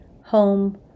home